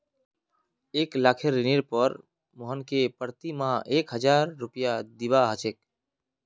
एक लाखेर ऋनेर पर मोहनके प्रति माह एक हजार रुपया दीबा ह छेक